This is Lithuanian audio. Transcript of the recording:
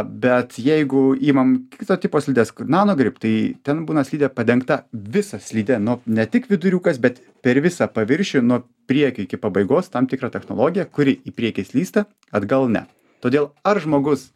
bet jeigu imam kito tipo slides kur nanogrip tai ten būna slidė padengta visa slidė nu ne tik viduriukas bet per visą paviršių nuo priekio iki pabaigos tam tikra technologija kuri į priekį slysta atgal ne todėl ar žmogus